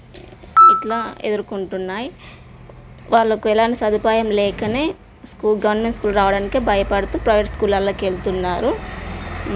ఇట్లా ఎదుర్కొంటున్నాయి వాళ్ళకు ఎలాంటి సదుపాయం లేకనే స్కూల్ గవర్నమెంట్ స్కూల్ రావడానికె భయపడుతూ ప్రైవేట్ స్కూలల్లకెళ్తున్నారు